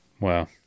Wow